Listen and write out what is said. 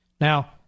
Now